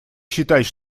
считать